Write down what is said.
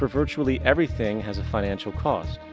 virtually everything has a financial cause.